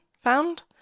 found